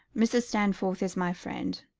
mrs. stanforth is my friend,